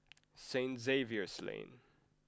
Sing Xavier's Lane